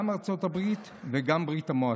גם ארצות הברית וגם ברית המועצות,